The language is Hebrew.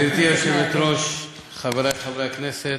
גברתי היושבת-ראש, חברי חברי הכנסת,